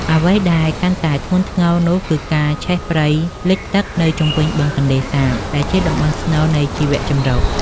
អ្វីដែលកាន់តែធ្ងន់ធ្ងរនោះគឺការឆេះព្រៃលិចទឹកនៅជុំវិញបឹងទន្លេសាប ដែលជាតំបន់ស្នូលនៃជីវចម្រុះ។